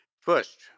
First